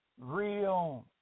Real